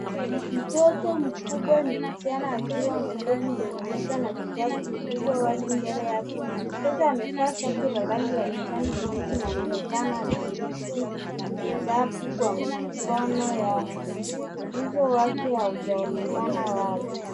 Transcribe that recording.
Mtoto mkubwa ni msichana, akiwa ameketi kwenye meza na kitabu kikubwa wazi mbele yake. Mtoto amevaa shati la rangi ya kijani kibichi na anaonekana akishiriki kitabu kwa mikono yake. Uso wake haujaonekana wazi.